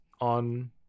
On